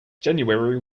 january